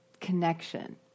connection